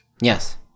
Yes